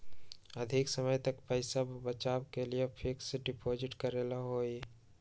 अधिक समय तक पईसा बचाव के लिए फिक्स डिपॉजिट करेला होयई?